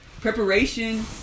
preparation